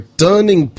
turning